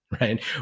right